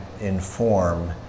inform